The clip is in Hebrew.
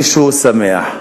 מישהו שמח.